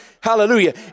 Hallelujah